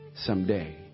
someday